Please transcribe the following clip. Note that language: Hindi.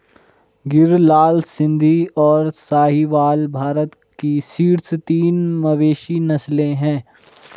गिर, लाल सिंधी, और साहीवाल भारत की शीर्ष तीन मवेशी नस्लें हैं